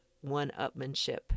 one-upmanship